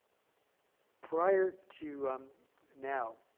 prior to um now,